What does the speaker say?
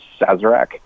Sazerac